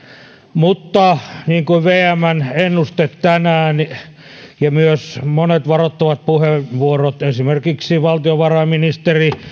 mutta niin kuin vmn ennuste tänään ja myös monet varoittavat puheenvuorot esimerkiksi valtiovarainministeri